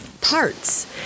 parts